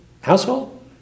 household